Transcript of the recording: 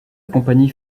compagnie